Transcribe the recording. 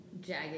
jagged